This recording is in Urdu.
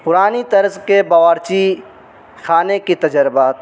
پرانی طرز کے باورچی خانے کی تجربات